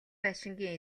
байшингийн